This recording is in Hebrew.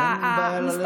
אין בעיה ללכת, למי שרוצה.